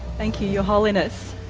thank you your holiness.